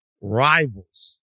rivals